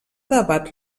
debat